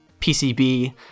PCB